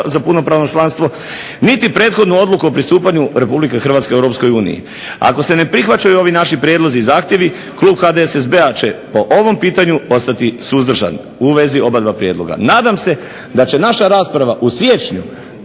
za punopravno članstvo, niti prethodnu odluku o pristupanju Republike Hrvatske Europskoj uniji. Ako se ne prihvaćaju ovi naši prijedlozi i zahtjevi, klub HDSSB-a će po ovom pitanju ostati suzdržan u vezi oba dva prijedloga. Nadam se da će naša rasprava u siječnju